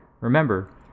Remember